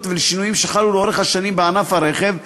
ושינויים שחלו לאורך השנים בענף הרכב,